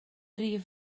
rif